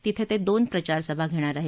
तिथं ते दोन प्रचारसभा घेणार आहेत